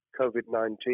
COVID-19